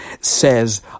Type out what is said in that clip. says